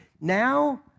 Now